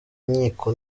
inkiko